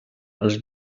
els